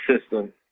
system